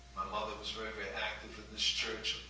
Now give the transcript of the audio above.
my mother was very very active in this church.